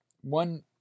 One